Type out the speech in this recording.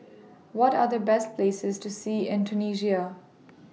What Are The Best Places to See in Tunisia